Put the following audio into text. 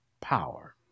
power